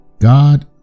God